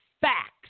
facts